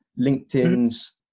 LinkedIn's